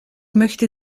möchte